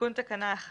תיקון תקנה 1